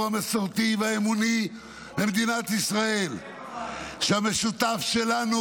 המסורתי והאמוני במדינת ישראל -- איזה הסכמים,